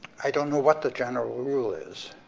i don't know what the general rule is.